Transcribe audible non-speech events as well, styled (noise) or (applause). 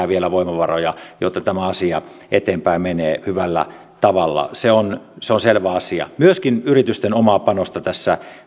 (unintelligible) vielä lisää voimavaroja jotta tämä asia menee eteenpäin hyvällä tavalla se on se on selvä asia myöskin yritysten omaa panosta tässä